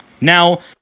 Now